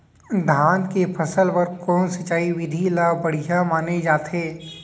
धान के फसल बर कोन सिंचाई विधि ला बढ़िया माने जाथे?